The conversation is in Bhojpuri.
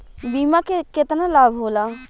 बीमा के केतना लाभ होला?